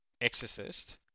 exorcist